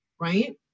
right